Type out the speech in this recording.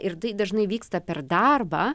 ir tai dažnai vyksta per darbą